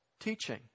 teaching